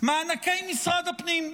מענקי משרד הפנים,